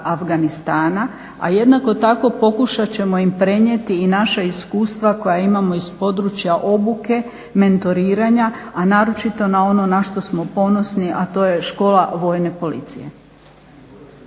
Afganistana, a jednako tako pokušat ćemo im prenijeti i naša iskustva koja imamo iz područja obuke, mentoriranja, a naročito na ono na što smo ponosni a to je škola Vojne policije.